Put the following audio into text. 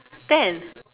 ten